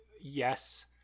yes